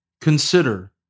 Consider